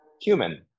human